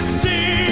see